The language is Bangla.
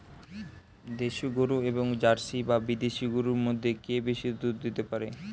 দেশী গরু এবং জার্সি বা বিদেশি গরু মধ্যে কে বেশি দুধ দিতে পারে?